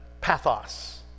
pathos